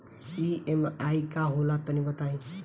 EMI का होला तनि बताई?